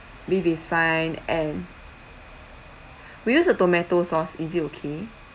beef is fine and we use a tomato sauce is it okay